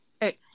Hey